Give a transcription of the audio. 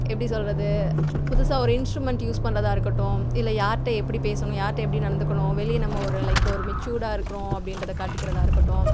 எப்படி சொல்கிறது புதுசாக ஒரு இன்ஸ்ட்ரூமெண்ட் யூஸ் பண்றதாக இருக்கட்டும் இல்லை யார்கிட்ட எப்படி பேசணும் யார்கிட்ட எப்படி நடந்துக்கணும் வெளியே நம்ம ஒரு லைக்கு ஒரு மெச்சூர்டாக இருக்கிறோம் அப்படின்றத காட்டிக்கிறதாக இருக்கட்டும்